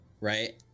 right